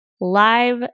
live